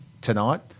tonight